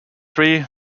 tree